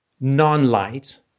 non-light